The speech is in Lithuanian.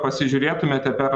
pasižiūrėtumėte per